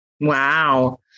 Wow